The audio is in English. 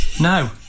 No